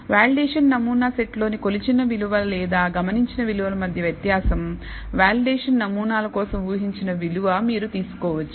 validation నమూనా set లోని కొలిచిన విలువ లేదా గమనించిన విలువల మధ్య వ్యత్యాసం వాలిడేషన్ నమూనాల కోసం ఊహించిన విలువ మీరు తీసుకోవచ్చు